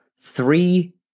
three